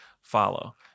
follow